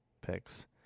picks